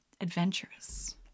adventurous